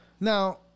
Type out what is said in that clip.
Now